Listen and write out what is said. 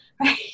right